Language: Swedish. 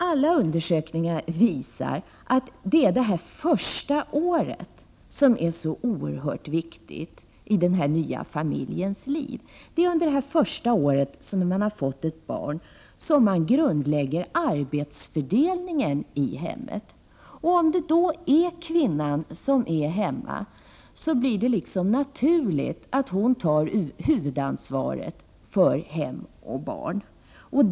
Alla undersökningar visar att det är det första året som är så oerhört viktigt för den nya familjen. Det är under det första året efter det att ett barn har fötts som man grundlägger arbetsfördelningen i hemmet. Om det då är kvinnan som är hemma, blir det på något sätt naturligt att hon tar huvudansvaret för hem och barn.